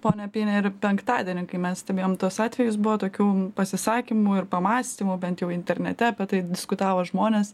ponią apini ir penktadienį kai mes stebėjom tuos atvejus buvo tokių pasisakymų ir pamąstymų bent jau internete apie tai diskutavo žmonės